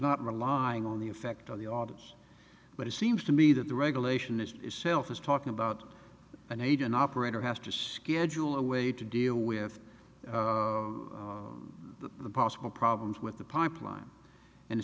not relying on the effect on the audience but it seems to me that the regulation is itself is talking about an agent operator has to schedule a way to deal with the possible problems with the pipeline and